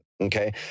okay